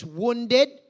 wounded